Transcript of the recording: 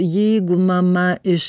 jeigu mama iš